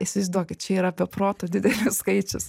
įsivaizduokit čia yra be proto didelis skaičius